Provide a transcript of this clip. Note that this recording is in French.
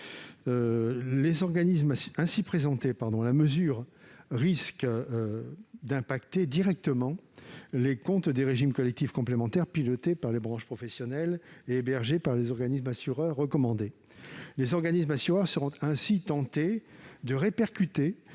de covid-19. Ainsi présentée, la mesure risque de toucher directement les comptes des régimes collectifs complémentaires pilotés par les branches professionnelles et hébergés par des organismes assureurs recommandés. Les organismes assureurs seront ainsi tentés de répercuter